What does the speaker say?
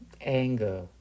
anger